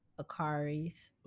akaris